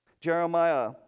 Jeremiah